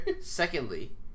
secondly